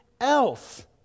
else